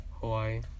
Hawaii